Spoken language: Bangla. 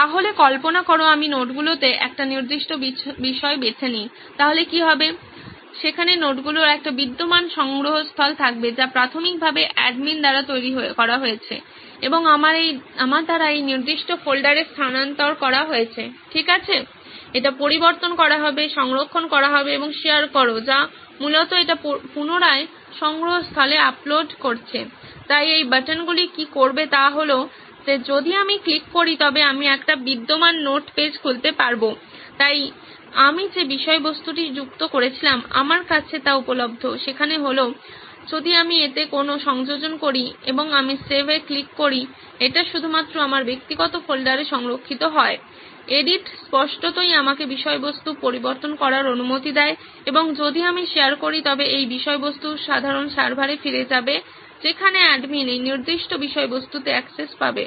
সুতরাং কল্পনা করো আমি নোটগুলিতে একটি নির্দিষ্ট বিষয় বেছে নিই তাহলে কী হবে সেখানে নোটগুলির একটি বিদ্যমান সংগ্রহস্থল থাকবে যা প্রাথমিকভাবে অ্যাডমিন দ্বারা তৈরি করা হয়েছে এবং আমার দ্বারা এই নির্দিষ্ট ফোল্ডারে স্থানান্তর করা হয়েছে ঠিক আছে এটি পরিবর্তন করা হবে সংরক্ষণ করা হবে এবং শেয়ার করো যা মূলত এটি পুনরায় সংগ্রহস্থলে আপলোড করছে তাই এই বাটনগুলি কি করবে তা হল যে যদি আমি ক্লিক করি তবে আমি একটি বিদ্যমান নোট পেজ খুলতে পারব তাই আমি যে বিষয়বস্তুটি যুক্ত করেছিলাম আমার কাছে তা উপলব্ধ সেখানে হলো যদি আমি এতে কোনো সংযোজন করি এবং আমি সেভ এ ক্লিক করি এটি শুধুমাত্র আমার ব্যক্তিগত ফোল্ডারে সংরক্ষিত হয় এডিট স্পষ্টতই আমাকে বিষয়বস্তু পরিবর্তন করার অনুমতি দেয় এবং যদি আমি শেয়ার করি তবে এই বিষয়বস্তু সাধারণ সার্ভারে ফিরে যাবে যেখানে অ্যাডমিন এই নির্দিষ্ট বিষয়বস্তুতে অ্যাক্সেস পাবে